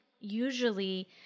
usually